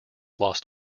lost